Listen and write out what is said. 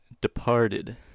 Departed